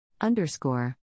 Underscore